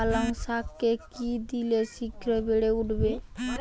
পালং শাকে কি দিলে শিঘ্র বেড়ে উঠবে?